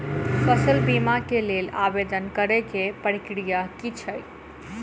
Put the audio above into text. फसल बीमा केँ लेल आवेदन करै केँ प्रक्रिया की छै?